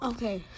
Okay